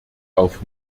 auf